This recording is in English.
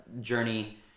journey